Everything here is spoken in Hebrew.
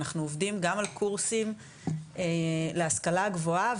אנחנו עובדים גם על קורסים להשכלה הגבוהה,